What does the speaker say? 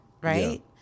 right